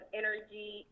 energy